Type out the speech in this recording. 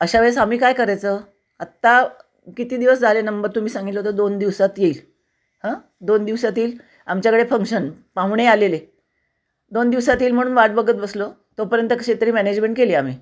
अशा वेळेस आम्ही काय करायचं आता किती दिवस झाले नंबर तुम्ही सांगितलं होतं दोन दिवसात येईल दोन दिवसात येईल आमच्याकडे फंक्शन पाहुणे आलेले दोन दिवसात येईल म्हणून वाट बघत बसलो तोपर्यंत कशीतरी मॅनेजमेट केली आम्ही